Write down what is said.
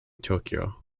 tokyo